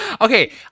Okay